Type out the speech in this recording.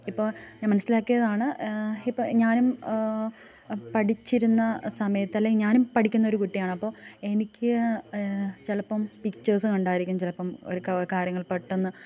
ഇപ്പോൾ ഞാൻ മനസ്സിലാക്കിയതാണ് ഇപ്പം ഞാനും പഠിച്ചിരുന്ന സമയത്ത് അല്ലെങ്കിൽ ഞാനും പഠിക്കുന്നൊരു കുട്ടിയാണപ്പം എനിക്ക് ചിലപ്പം പിക്ച്ചർസ് കണ്ടായിരിക്കും ചിലപ്പം ഒരു ക് കാര്യങ്ങൾ പെട്ടെന്ന്